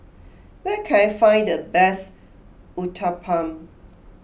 where can I find the best Uthapam